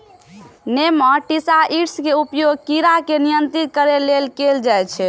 nematicides के उपयोग कीड़ा के नियंत्रित करै लेल कैल जाइ छै